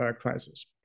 crisis